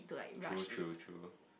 true true true